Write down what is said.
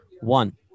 One